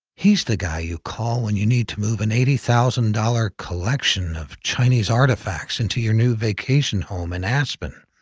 he's the guy you call when you need to move an eighty thousand dollars collection of chinese artifacts into your new vacation home in and aspen.